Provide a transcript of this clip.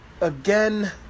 again